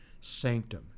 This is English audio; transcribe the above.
sanctum